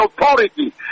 authority